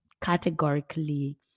categorically